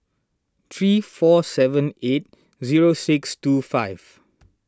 three four seven eight zero six two five